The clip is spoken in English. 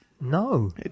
No